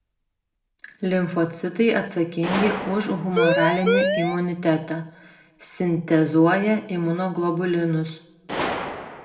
limfocitai atsakingi už humoralinį imunitetą sintezuoja imunoglobulinus